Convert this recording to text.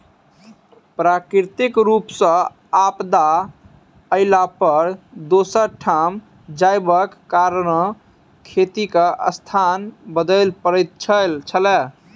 प्राकृतिक रूप सॅ आपदा अयला पर दोसर ठाम जायबाक कारणेँ खेतीक स्थान बदलय पड़ैत छलै